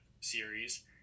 series